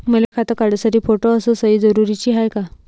मले खातं काढासाठी फोटो अस सयी जरुरीची हाय का?